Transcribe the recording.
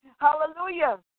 Hallelujah